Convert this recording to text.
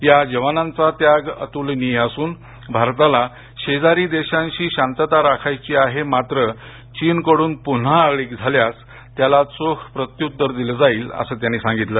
या जवानांचा त्याग अतुलनीय असून भारताला शेजारी देशांशी शांतता राखायची आहे मात्र चीन कडून पुन्हा आगळीक झाल्यास त्याला चोख प्रत्युत्तर दिल जाईल असं सांगितलं